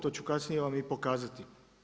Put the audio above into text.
To ću kasnije i pokazati.